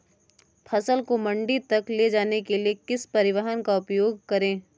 फसल को मंडी तक ले जाने के लिए किस परिवहन का उपयोग करें?